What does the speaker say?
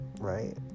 right